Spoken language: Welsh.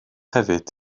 hefyd